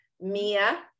Mia